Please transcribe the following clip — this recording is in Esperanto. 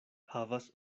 havas